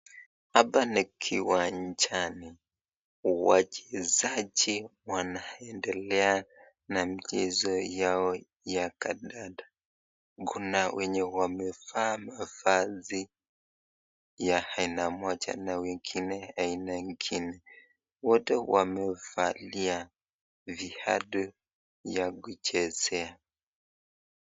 Hapa ni kiwanjani wachezaji wanaendelea na mchezo yao ya kandanda kuna wenye wamevaa mavazi ya aina moja na wengine ya aina ingine, wote wamevalia viatu ya kuchezea.